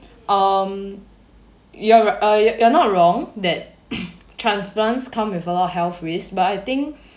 um ya right you're not wrong that transplants come with a lot of health risk but I think